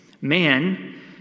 Man